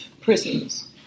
prisons